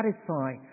satisfy